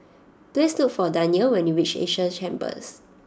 please look for Danyel when you reach Asia Chambers